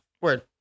Word